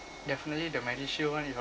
definitely the medishield one if I'm